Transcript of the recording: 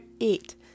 eight